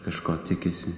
kažko tikisi